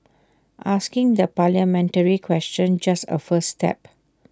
asking the parliamentary question just A first step